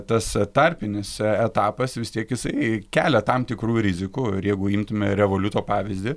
tas tarpinis etapas vis tiek jisai kelia tam tikrų rizikų ir jeigu imtume revoliuto pavyzdį